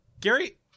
Gary